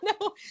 No